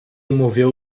moveu